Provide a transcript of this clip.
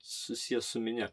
susiję su minia